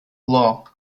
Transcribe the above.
law